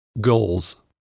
Goals